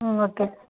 okay